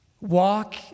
Walk